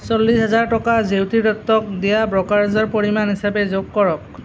চল্লিছ হাজাৰ টকা জেউতি দত্তক দিয়া ব্ৰ'কাৰেজৰ পৰিমাণ হিচাপে যোগ কৰক